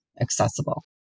accessible